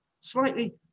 Slightly